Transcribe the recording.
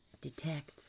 detect